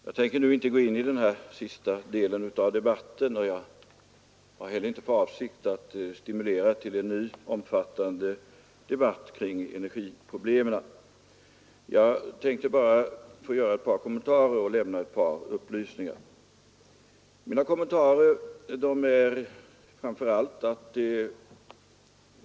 Herr talman! Jag tänker här inte gå in i denna sista del av debatten, och inte heller har jag för avsikt att stimulera till en ny och omfattande debatt kring energiproblemen. Jag vill bara göra ett par kommentarer och lämna några upplysningar.